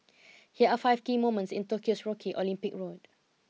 here are five key moments in Tokyo's Rocky Olympic Road